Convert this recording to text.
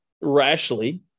rashly